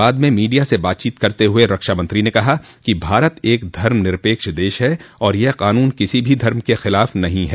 बाद में मीडिया से बातचीत करते हुए रक्षामंत्री ने कहा कि भारत एक धर्म निरपेक्ष देश है और यह क़ानून किसी भी धर्म के खिलाफ़ नहीं है